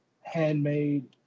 handmade